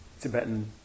Tibetan